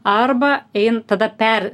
arba ein tada per